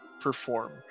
perform